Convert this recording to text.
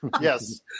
yes